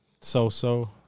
so-so